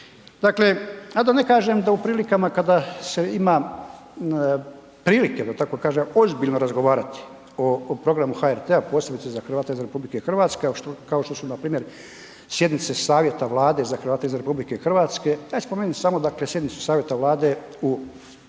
Dakle, a da ne kažem da u prilikama kada se ima prilike da tako kažem ozbiljno razgovarati o, o programu HRT-a, posebice za Hrvate izvan RH, kao što su npr. sjednice savjeta Vlade za Hrvate izvan RH, a i spomenut ću samo, dakle sjednicu savjeta Vlade u Varaždinu,